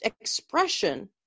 expression